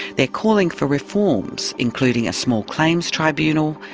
they're calling for reforms, including a small claims tribunal,